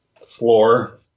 floor